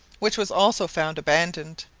which was also found abandoned.